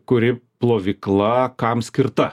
kuri plovykla kam skirta